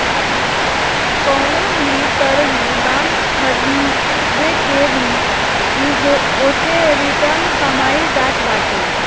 कवनो भी तरही बांड खरीद के भी ओसे रिटर्न कमाईल जात बाटे